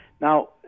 Now